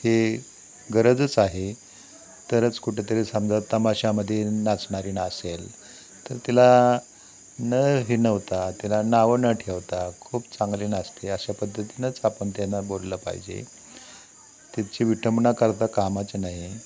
हे गरजच आहे तरच कुठेतरी समजा तमाशामध्ये नाचणारीन असेल तर तिला न हिणवता तिला नाव न ठेवता खूप चांगले नाचते अशा पद्धतीनंच आपण त्यांना बोललं पाहिजे तिची विटंबनाणा करता कामाच नये